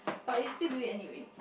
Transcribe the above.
but you still do it anyway